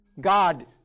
God